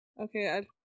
Okay